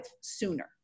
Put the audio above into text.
sooner